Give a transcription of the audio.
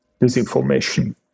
disinformation